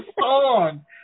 song